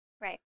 Right